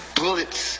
bullets